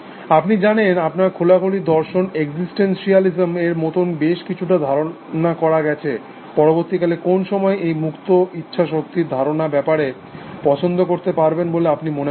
আপনি জানেন আপনার খোলাখুলি দর্শন এক্সিটেনসিয়ালিজম এর মতন বেশ কিছুটা ধারণা করা গেছে পরবর্তীকালে কোন সময় এই মুক্ত ইচ্ছা শক্তির ধারণার ব্যাপারে পছন্দ করতে পারবেন বলে আপনি মনে করছেন